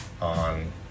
on